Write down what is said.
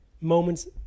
moments